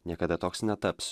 niekada toks netaps